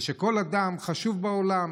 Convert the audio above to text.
ושכל אדם חשוב בעולם.